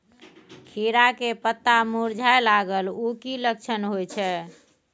खीरा के पत्ता मुरझाय लागल उ कि लक्षण होय छै?